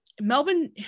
Melbourne